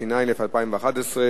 התשע"א 2011,